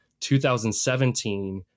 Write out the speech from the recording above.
2017